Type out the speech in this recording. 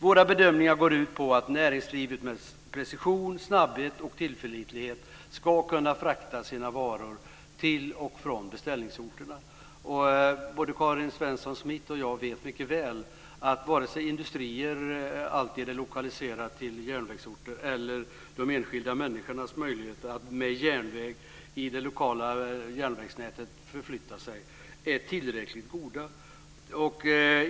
Våra bedömningar går ut på att näringslivet med precision, snabbhet och tillförlitlighet ska kunna frakta sina varor till och från beställningsorterna. Både Karin Svensson Smith och jag vet mycket väl att industrier inte alltid är lokaliserade till järnvägsorter. De enskilda människornas möjligheter att förflytta sig med järnväg i det lokala järnvägsnätet är inte heller tillräckligt goda.